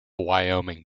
wyoming